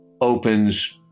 opens